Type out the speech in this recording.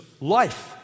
life